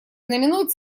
знаменует